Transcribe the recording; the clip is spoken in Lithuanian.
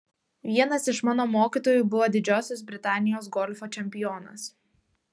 vienas iš mano mokytojų buvo didžiosios britanijos golfo čempionas